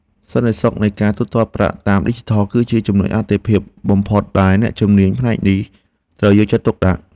សន្តិសុខនៃការទូទាត់ប្រាក់តាមឌីជីថល គឺជាចំនុចអាទិភាពបំផុតដែលអ្នកជំនាញផ្នែកនេះត្រូវយកចិត្តទុកដាក់។